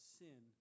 sin